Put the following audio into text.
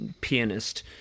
pianist